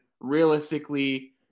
realistically